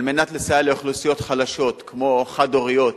על מנת לסייע לאוכלוסיות חלשות כמו חד-הוריות,